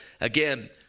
again